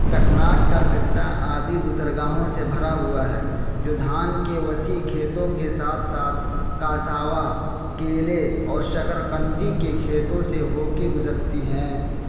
کٹناڈ کا خطہ آبی گزرگاہوں سے بھرا ہوا ہے جو دھان کے وسیع کھیتوں کے ساتھ ساتھ کاساوا کیلے اور شکرقندی کے کھیتوں سے ہو کے گزرتی ہیں